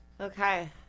Okay